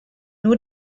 nur